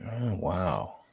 Wow